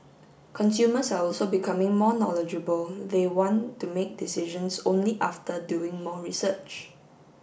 consumers are also becoming more knowledgeable they want to make decisions only after doing more research